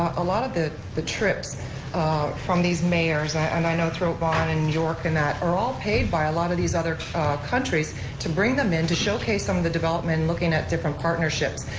a lot of the the trips from these mayors, and i know throbahn and york and that are all paid by a lot of these other countries to bring them in, to showcase um the development, and looking at different partnerships.